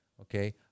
Okay